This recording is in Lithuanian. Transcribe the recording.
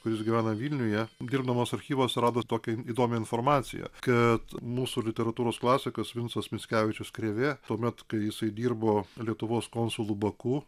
kuris gyvena vilniuje dirbdamas archyvuose rado tokį įdomią informaciją kad mūsų literatūros klasikas vincas mickevičius krėvė tuomet kai jisai dirbo lietuvos konsulu baku